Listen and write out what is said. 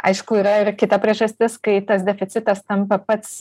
aišku yra ir kita priežastis kai tas deficitas tampa pats